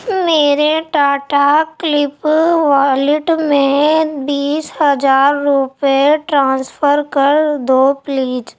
میرے ٹاٹا کلیپ والیٹ میں بیس ہزار روپئے ٹرانسفر کر دو پلیج